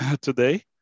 Today